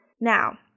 now